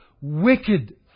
wicked